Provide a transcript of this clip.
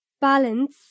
balance